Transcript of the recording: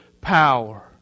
power